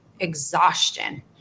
exhaustion